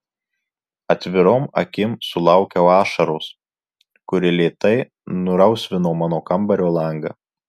atvirom akim sulaukiau aušros kuri lėtai nurausvino mano kambario langą